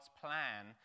plan